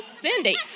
Cindy